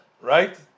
right